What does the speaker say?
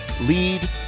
lead